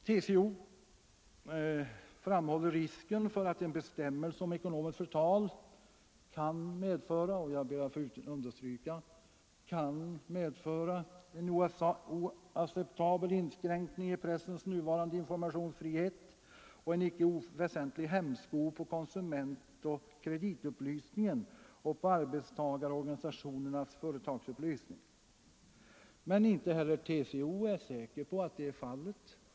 TCO framhåller risken för att en bestämmelse om ekonomiskt förtal kan medföra en oacceptabel inskränkning i pressens nuvarande informationsfrihet och en icke oväsentlig hämsko på konsumentoch kreditupplysningen och på arbetstagarorganisationernas företagsupplysning. Men inte heller TCO är säker på att det är fallet.